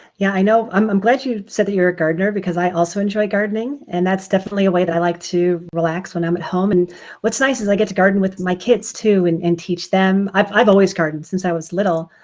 yeah i know i'm i'm glad you said that you're a gardener because i also enjoy gardening. and that's definitely a way that i like to relax when i'm at home. and what's nice is i get to garden with my kids too and and teach them. i've i've always gardened since i was little,